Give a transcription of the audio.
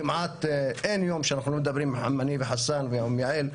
כמעט אין יום שאנחנו לא מדברים, אני וחסאן עם יעל,